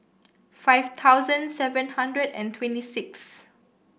five thousand seven hundred and twenty sixth